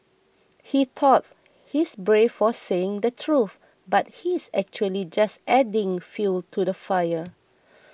he thought he's brave for saying the truth but he's actually just adding fuel to the fire